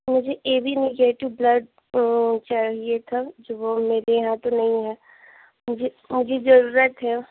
मुझे A B negative blood चाहिए था जो वह मेरे यहाँ पर नहीं है मुझे मुझे ज़रूरत है